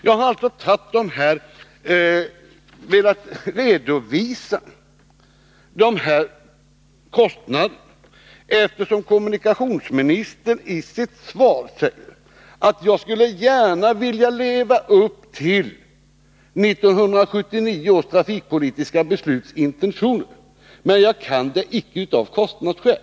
Jag har velat redovisa dessa kostnader, eftersom kommunikationsministern i sitt svar säger att han gärna skulle vilja leva upp till 1979 års trafikpolitiska besluts intentioner, men att han inte kan det av kostnadsskäl.